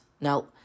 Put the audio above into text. Now